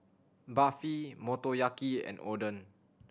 Barfi Motoyaki and Oden